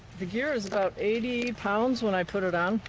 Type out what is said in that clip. the gear is about eighty pounds when i put it on.